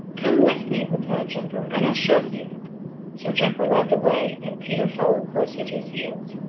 come with me, replied jumper, and i'll show you. so jumper led the way and peter followed close at his heels.